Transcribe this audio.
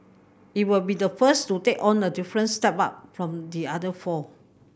it will be the first to take on a different setup from the other four